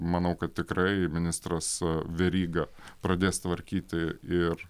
manau kad tikrai ministras veryga pradės tvarkyti ir